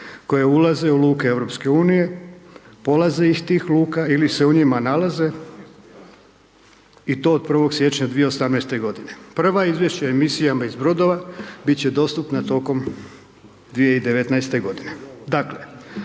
koje ulaze u luke EU-a, plaze iz tih luka ili se u njima nalaze i to od 1. siječnja 2018. g. Prva izvješća emisijama iz brodova bit će dostupna tokom 2019. g.